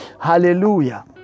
Hallelujah